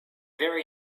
very